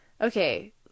Okay